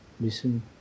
listen